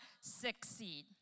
succeed